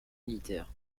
militaire